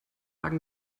wagen